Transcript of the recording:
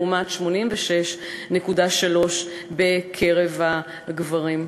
לעומת 86.3% בקרב הגברים.